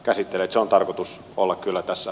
sen on tarkoitus olla kyllä tässä